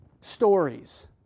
stories